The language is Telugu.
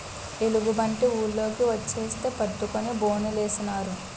ఎలుగుబంటి ఊర్లోకి వచ్చేస్తే పట్టుకొని బోనులేసినారు